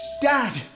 Dad